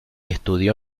estudió